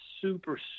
super